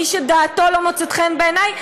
למי שדעתו לא מוצאת חן בעיני,